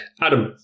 Adam